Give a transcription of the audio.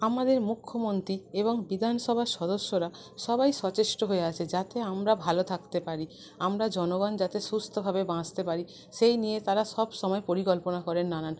আমাদের মুখ্যমন্ত্রী এবং বিধানসভার সদস্যরা সবাই সচেষ্ট হয়ে আছে যাতে আমরা ভালো থাকতে পারি আমরা জনগণ যাতে সুস্থভাবে বাঁচতে পারি সেই নিয়ে তারা সবসময় পরিকল্পনা করেন নানান